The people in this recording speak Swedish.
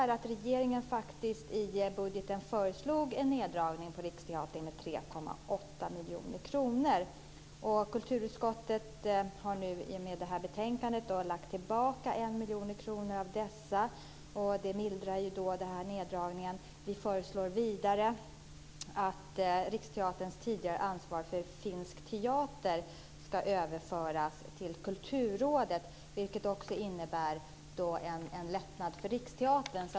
Regeringen föreslog i budgeten en neddragning av anslaget till Riksteatern på 3,8 miljoner kronor. Kulturutskottet föreslår i betänkandet att neddragningen ska minska med 1 miljon kronor, vilket mildrar effekterna av den. Vi föreslår vidare att Riksteaterns tidigare ansvar för finsk teater ska överföras till Kulturrådet. Det innebär också en lättnad för Riksteatern.